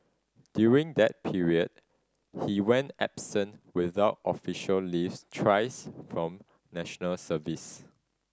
during that period he went absent without official leaves thrice from National Service